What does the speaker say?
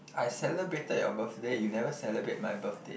I celebrated your birthday you never celebrate my birthday